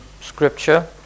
scripture